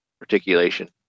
articulation